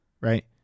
right